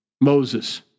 Moses